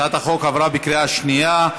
הצעת החוק עברה בקריאה שנייה.